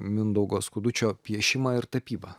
mindaugo skudučio piešimą ir tapybą